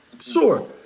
sure